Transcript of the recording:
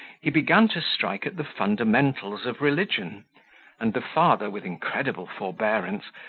he began to strike at the fundamentals of religion and the father, with incredible forbearance,